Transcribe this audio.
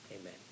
Amen